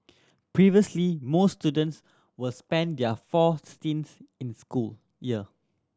previously most students was spend their four stints in school year